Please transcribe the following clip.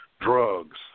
drugs